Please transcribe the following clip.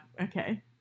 Okay